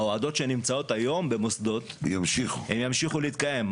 ההורדות שנמצאות היום במוסדות הן ימשיכו להתקיים.